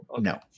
No